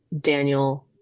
Daniel